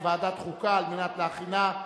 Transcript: לוועדת חוקה על מנת להכינה,